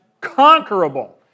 conquerable